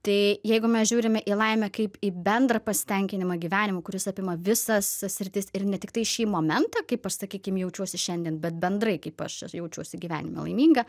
tai jeigu mes žiūrime į laimę kaip į bendrą pasitenkinimą gyvenimu kuris apima visas sritis ir ne tiktai šį momentą kaip aš sakykim jaučiuosi šiandien bet bendrai kaip aš jaučiuosi gyvenime laiminga